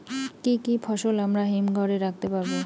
কি কি ফসল আমরা হিমঘর এ রাখতে পারব?